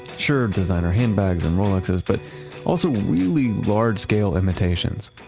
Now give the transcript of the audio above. sure, designer handbags and rolexes, but also really large scale imitations.